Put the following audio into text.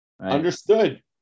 Understood